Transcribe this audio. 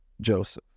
Joseph